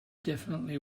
definitely